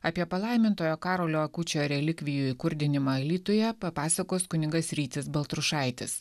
apie palaimintojo karolio akučio relikvijų įkurdinimą alytuje papasakos kunigas rytis baltrušaitis